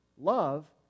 Love